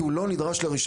כי הוא לא נדרש לרישיון.